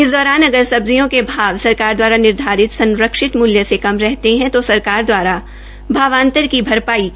इस दौरान अगर सब्जियों के भाव सरकार द्वारा निर्धारित संरक्षित मूल्य से कम रहते हैं तो सरकार द्वारा भावांतर की भरपाई की जाएगी